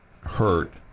hurt